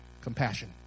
Compassion